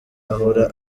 ahora